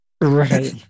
Right